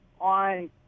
on